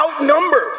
Outnumbered